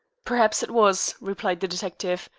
perhaps it was, replied the detective,